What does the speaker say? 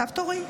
עכשיו תורי.